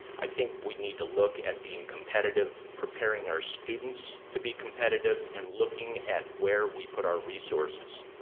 i think we need to look at being competitive, preparing our students to be competitive and looking at where we put our resources.